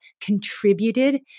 contributed